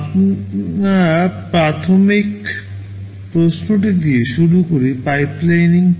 আমরা প্রাথমিক প্রশ্নটি দিয়ে শুরু করি পাইপলাইনিং কী